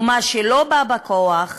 ומה שלא בא בכוח,